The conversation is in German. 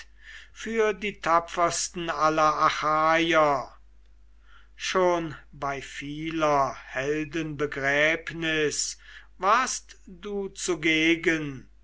für die tapfersten aller achaier schon bei vieler helden begräbnis warst du zugegen